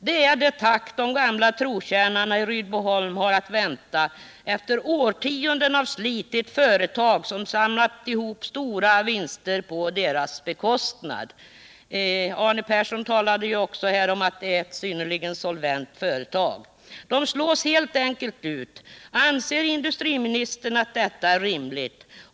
Det är det tack som de gamla trotjänarna i Rydboholm har att vänta efter årtionden av slit i ett företag som samlat ihop stora vinster på deras bekostnad! Arne Persson talade också om att det är ett synnerligen solvent företag, men det slås helt enkelt ut. Anser industriministern att detta är rimligt?